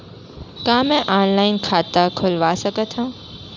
का मैं ऑनलाइन खाता खोलवा सकथव?